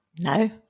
No